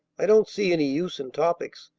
i don't see any use in topics.